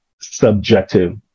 subjective